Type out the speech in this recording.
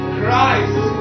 Christ